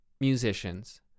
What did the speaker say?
musicians